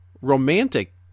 romantic